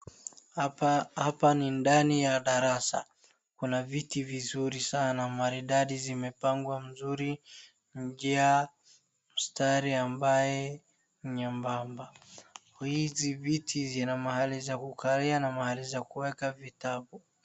Hapa hapa ni ndani ya darasa kuna viti vizuri sana maridadi zimepangwa vizuri. Njia mstari ambaye ni nyembamba. Hizi viti zina mahali ya kukalia na mahali za kuweka vitabu.